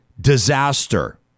disaster